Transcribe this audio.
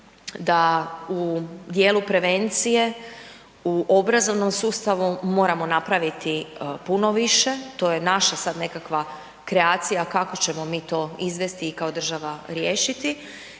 da u dijelu prevencije u obrazovnom sustavu moramo napraviti puno više, to je naša sad nekakva kreacija kako ćemo mi to izvesti i kao država riješiti.